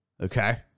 Okay